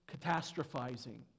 catastrophizing